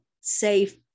safe